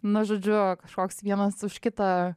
nu žodžiu kažkoks vienas už kitą